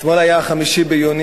אתמול היה 5 ביוני,